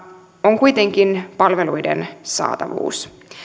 on kuitenkin palveluiden saatavuus